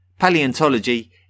Paleontology